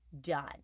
done